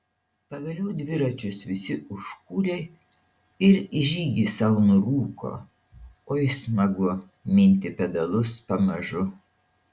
pagaliau dviračius visi užkūrė ir į žygį sau nurūko oi smagu minti pedalus pamažu